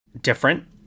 different